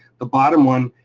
the bottom one,